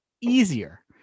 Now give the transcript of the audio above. easier